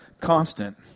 constant